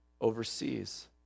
overseas